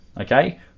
okay